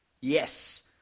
Yes